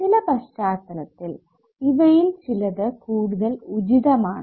ചില പശ്ചാത്തലത്തിൽ ഇവയിൽ ചിലത് കൂടുതൽ ഉചിതമാണ്